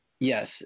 Yes